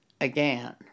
again